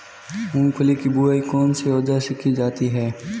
मूंगफली की बुआई कौनसे औज़ार से की जाती है?